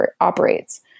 operates